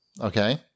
okay